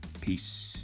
Peace